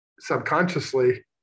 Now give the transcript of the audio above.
subconsciously